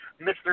Mr